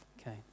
Okay